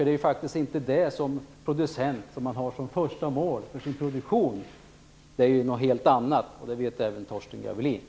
Det är ju faktiskt inte det producenten har som främsta mål för sin produktion. Det är något helt annat, och det vet även Torsten Gavelin.